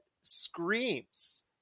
screams